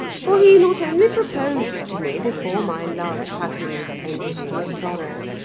for, he not only proposed to me before my love-happiness ended in sorrow,